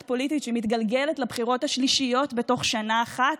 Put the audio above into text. פוליטית שמתגלגלת לבחירות השלישיות בתוך שנה אחת,